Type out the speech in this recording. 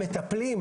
המטפלים,